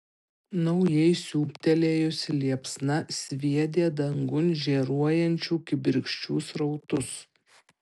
naujai siūbtelėjusi liepsna sviedė dangun žėruojančių kibirkščių srautus